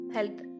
Health